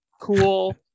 Cool